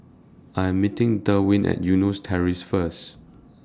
I Am meeting Derwin At Eunos Terrace First